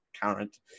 current